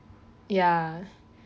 ya